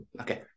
Okay